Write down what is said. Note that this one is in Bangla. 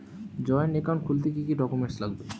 জয়েন্ট একাউন্ট খুলতে কি কি ডকুমেন্টস লাগবে?